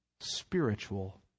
spiritual